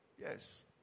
yes